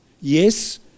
yes